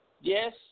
Yes